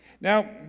Now